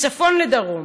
מצפון לדרום.